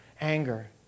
anger